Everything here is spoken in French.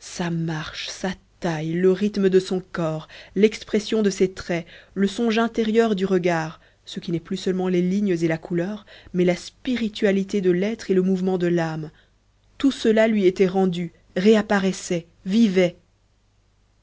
sa marche sa taille le rythme de son corps l'expression de ses traits le songe intérieur du regard ce qui n'est plus seulement les lignes et la couleur mais la spiritualité de l'être et le mouvement de lâme tout cela lui était rendu réapparaissait vivait